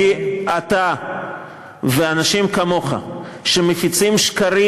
כי אתה ואנשים כמוך, שמפיצים שקרים,